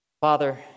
Father